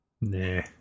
Nah